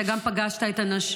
אתה גם פגשת את הנשים,